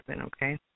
okay